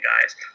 guys